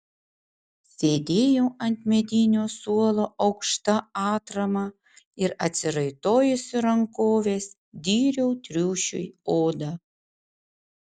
sėdėjau ant medinio suolo aukšta atrama ir atsiraitojusi rankoves dyriau triušiui odą